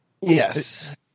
Yes